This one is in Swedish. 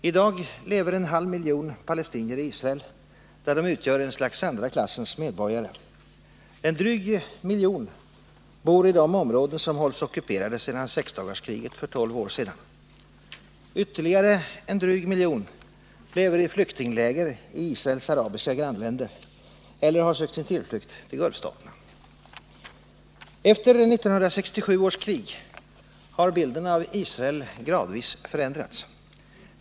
I dag lever en halv miljon palestinier i Israel, där de utgör ett slags andra klassens medborgare. En dryg miljon bor i de områden som hålls ockuperade sedan sexdagarskriget för tolv år sedan. Ytterligare en dryg miljon lever i flyktingläger i Israels arabiska grannländer eller har sökt sin tillflykt till gulfstaterna. Efter 1967 års krig har bilden av Israel gradvis förändrats.